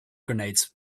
grenades